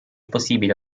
possibile